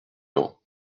laon